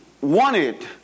wanted